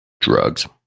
Drugs